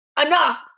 Enough